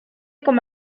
como